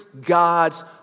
God's